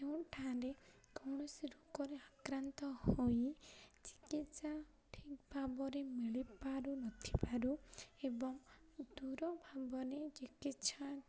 କେଉଁଠାରେ କୌଣସି ରୋଗରେ ଆକ୍ରାନ୍ତ ହୋଇ ଚିକିତ୍ସା ଠିକ୍ ଭାବରେ ମିଳିପାରୁନଥିବାରୁ ଏବଂ ଦୂର ଭାବରେ ଚିକିତ୍ସା